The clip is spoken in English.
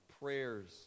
prayers